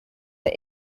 but